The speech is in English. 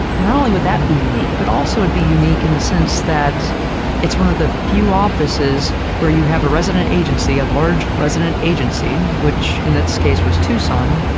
not only would that be unique, but also would be unique in the sense that it's one of the few offices where you have a resident agency, a large resident agency, which, in this case, was tucson,